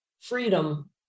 freedom